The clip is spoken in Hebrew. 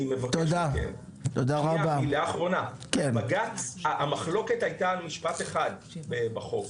מילה אחרונה: המחלוקת הייתה על משפט אחד בחוק,